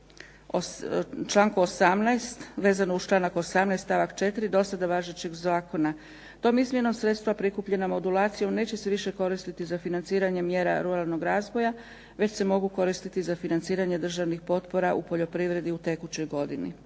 članku 18. vezano uz članak 18. stavak 4. do sada važećeg Zakona, tom izmjenom sredstva prikupljena modulacijom neće se više koristiti za financiranje mjera ruralnog razvoja već se mogu koristiti za financiranje državnih potpora u poljoprivredi u tekućoj godini.